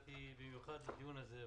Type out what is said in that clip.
באתי במיוחד לצורך הדיון הזה.